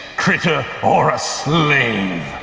critter, or a slave,